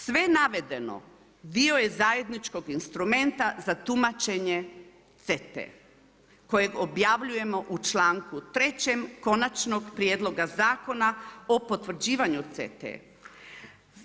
Sve navedeno dio je zajedničkog instrumenta za tumačenje CETA-e kojeg objavljujemo u članku 3. Konačnog prijedloga zakona o potvrđivanju CETA-e.